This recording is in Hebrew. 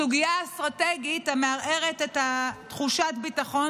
סוגיה אסטרטגית המערערת את תחושת הביטחון